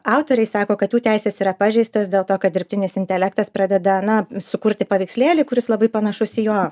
autoriai sako kad jų teisės yra pažeistos dėl to kad dirbtinis intelektas pradeda na sukurti paveikslėlį kuris labai panašus į jo